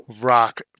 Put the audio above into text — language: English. Rock